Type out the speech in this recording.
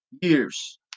years